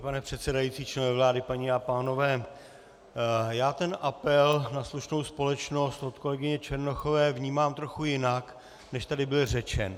Pane předsedající, členové vlády, paní a pánové, já ten apel na slušnou společnost od kolegyně Černochové vnímám trochu jinak, než tady byl řečen.